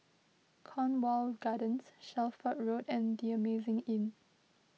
Cornwall Gardens Shelford Road and the Amazing Inn